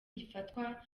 gifatwa